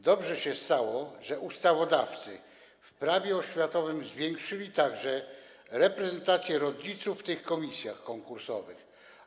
Dobrze się stało, że ustawodawcy w Prawie oświatowym zwiększyli także reprezentację rodziców w tych komisjach konkursowych.